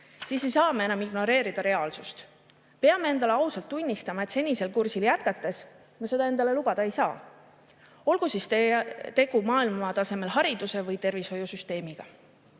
siis ei saa me enam ignoreerida reaalsust. Peame endale ausalt tunnistama, et senisel kursil jätkates me seda endale lubada ei saa. Olgu siis tegu maailmatasemel hariduse või tervishoiusüsteemiga.